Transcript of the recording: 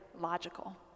logical